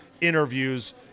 interviews